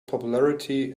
popularity